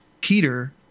Peter